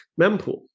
mempool